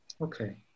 Okay